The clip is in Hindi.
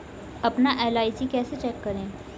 अपना एल.आई.सी कैसे चेक करें?